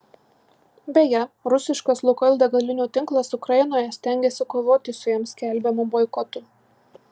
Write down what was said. beje rusiškas lukoil degalinių tinklas ukrainoje stengiasi kovoti su jam skelbiamu boikotu